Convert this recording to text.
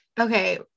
Okay